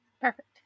Perfect